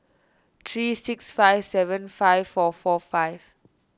three six five seven five four four five